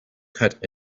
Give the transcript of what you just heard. cut